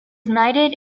knighted